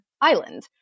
island